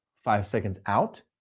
five seconds out,